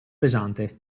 pesante